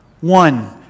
One